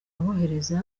abohereza